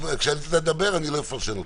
כשאתה תדבר, אני לא אפרשן אותך.